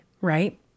right